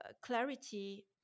clarity